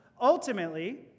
ultimately